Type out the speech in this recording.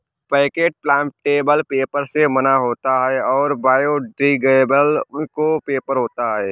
packet plantable paper से बना होता है और बायोडिग्रेडेबल इको पेपर होता है